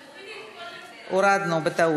תורידי, הורדנו, בטעות.